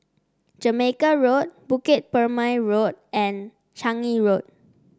Jamaica Road Bukit Purmei Road and Changi Road